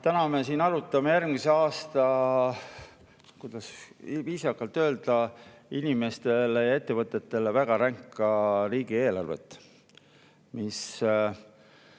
Täna me arutame järgmise aasta, kuidas viisakalt öelda, inimestele ja ettevõtetele väga ränka riigieelarvet.